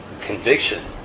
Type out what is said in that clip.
conviction